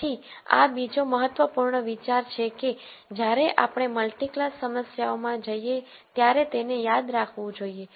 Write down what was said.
તેથી આ બીજો મહત્વપૂર્ણ વિચાર છે કે જ્યારે આપણે મલ્ટિ ક્લાસ સમસ્યા ઓમાં જઈએ ત્યારે તેને યાદ રાખવું જોઈએ